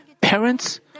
parents